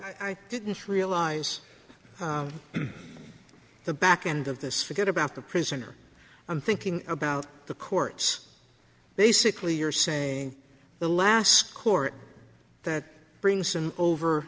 i didn't realize the back end of this forget about the prisoner i'm thinking about the courts basically you're saying the last court that brings in over